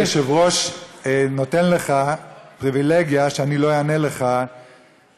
היושב-ראש נותן לך פריבילגיה שאני לא אענה לך באופן